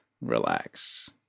relax